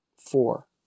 four